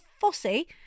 fussy